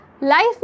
Life